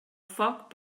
foc